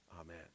amen